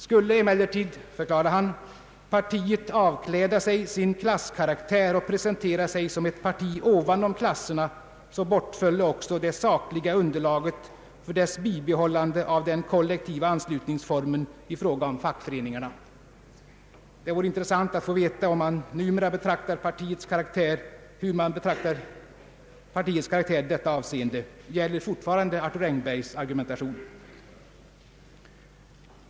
Skulle emellertid, förklarade han, partiet ”avkläda sig sin klasskaraktär och presentera sig som ett parti ovanom klasserna, så bortfölle också det sakliga underlaget för dess bibehållande av den kollektiva anslutningsformen i fråga om fackföreningarna”. Det vore intressant att få veta hur man numera betraktar partiets karaktär i detta avseende. Gäller fortfarande Arthur Engbergs argumentation?